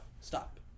Stop